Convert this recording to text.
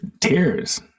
tears